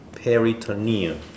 Peritoneum